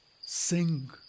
sing